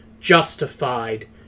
justified